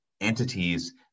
entities